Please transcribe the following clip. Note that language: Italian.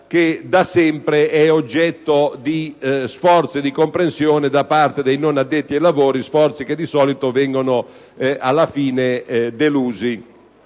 da sempre oggetto di sforzi di comprensione da parte dei non addetti ai lavori; sforzi che, solitamente, vengono delusi.